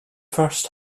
first